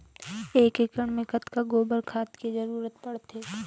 एक एकड़ मे कतका गोबर खाद के जरूरत पड़थे?